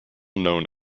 known